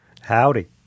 Howdy